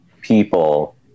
people